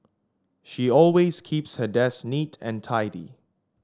she always keeps her desk neat and tidy